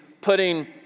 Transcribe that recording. putting